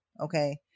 Okay